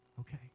Okay